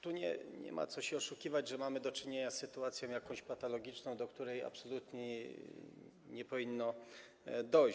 Tu nie ma co się oszukiwać, że mamy do czynienia z sytuacją jakąś patologiczną, do której absolutnie nie powinno dojść.